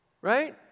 right